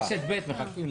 ברשת ב' מחכים לי.